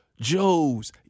Joe's